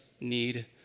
need